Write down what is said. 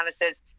analysis